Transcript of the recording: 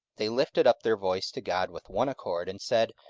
they lifted up their voice to god with one accord, and said,